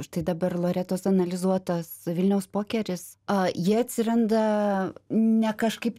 štai dabar loretos analizuotas vilniaus pokeris a jie atsiranda ne kažkaip